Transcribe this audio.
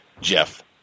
Jeff